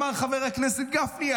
אמר חבר הכנסת גפני,